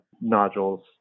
nodules